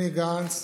גנץ,